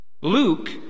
Luke